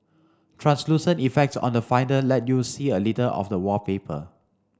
translucent effects on the Finder let you see a little of the wallpaper